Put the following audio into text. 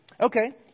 Okay